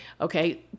okay